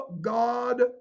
God